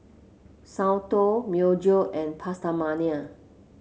Soundteoh Myojo and PastaMania